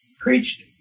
preached